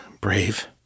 brave